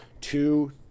Two